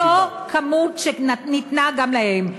באותה כמות שניתנה גם להם.